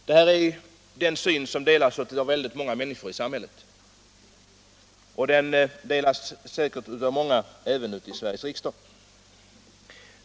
Detta är en uppfattning som delas av väldigt många människor i samhället — säkert även av många i Sveriges riksdag.